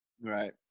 Right